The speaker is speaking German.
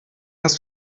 hast